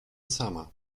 sama